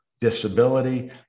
disability